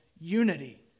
Unity